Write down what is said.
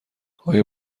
آیا